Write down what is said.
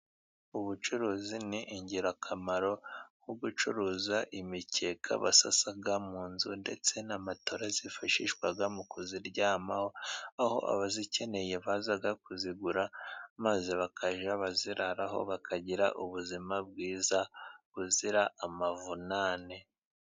Ubucuruzi ni ingirakamaro nko gucuruza, imikeka basasa mu nzu ndetse n'amatora zifashishwa mu kuziryamaho, aho abayikeneye baza kuyigura maze bakajya bayiraraho ,bakagira ubuzima bwiza buzira amavunane.